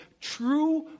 true